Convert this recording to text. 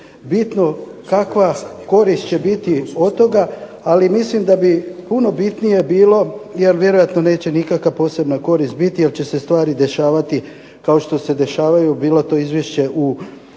bitno kakva korist će biti od toga, ali mislim da bi puno bitnije bilo, jer vjerojatno neće nikakva posebna korist biti jer će se stvari dešavati kao što se dešavaju bilo to izvješće u